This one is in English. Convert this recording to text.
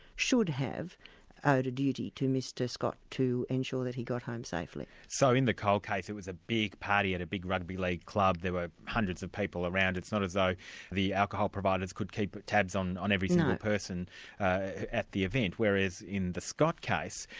should have owed a duty to mr scott to ensure that he got home safely. so in the cole case, it was a big party at a big rugby league club there were hundreds of people around, it's not as though the alcohol providers could keep tabs on on every single person at the event, whereas in the scott case,